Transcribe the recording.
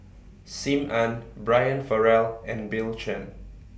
SIM Ann Brian Farrell and Bill Chen